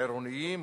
עירוניים,